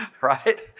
Right